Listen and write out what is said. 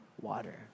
water